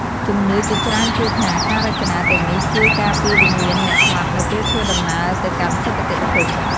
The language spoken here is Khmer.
ជំនឿជាច្រើនជឿថា ការរចនាទាំងនេះជួយការពារវិញ្ញាណអ្នកស្លាប់នៅពេលធ្វើដំណើរទៅកាន់សុគតភព។